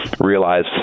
realize